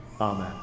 Amen